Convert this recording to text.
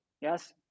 Yes